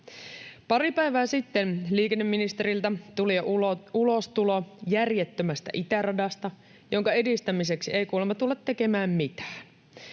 Pari päivää sitten liikenneministeriltä tuli ulostulo järjettömästä itäradasta, jonka edistämiseksi ei kuulemma tulla tekemään mitään.